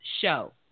show